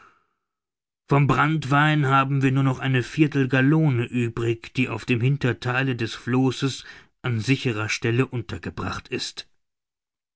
vom branntwein haben wir nur noch eine viertel gallone übrig die auf dem hintertheile des flosses an sicherer stelle untergebracht ist